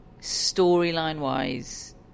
storyline-wise